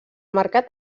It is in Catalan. mercat